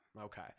okay